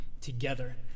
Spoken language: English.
together